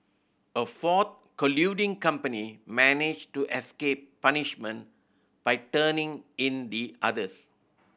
a fourth colluding company managed to escape punishment by turning in the others